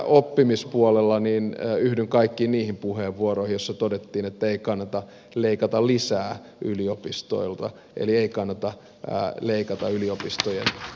oppimispuolella yhdyn kaikkiin niihin puheenvuoroihin joissa todettiin että ei kannata leikata lisää yliopistoilta eli ei kannata leikata yliopistojen pääomittamista